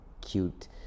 cute